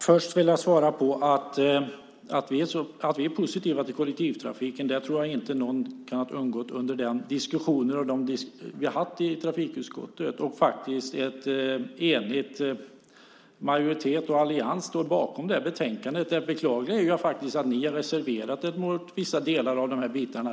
Herr talman! Vi är positiva till kollektivtrafiken. Det tror jag inte har kunnat undgå någon under de diskussioner som vi har fört i trafikutskottet. En enig majoritet och en enig allians står bakom betänkandet. Det beklagliga är att ni har reserverat er mot vissa delar.